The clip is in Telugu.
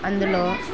అందులో